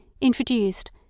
introduced